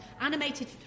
animated